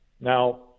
Now